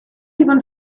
even